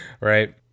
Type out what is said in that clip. Right